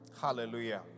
Hallelujah